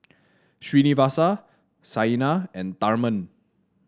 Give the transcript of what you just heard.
Srinivasa Saina and Tharman